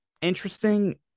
interesting